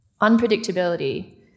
Unpredictability